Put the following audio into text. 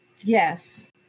Yes